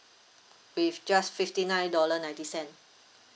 with just fifty nine dollar ninety cent